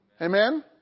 Amen